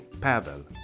Pavel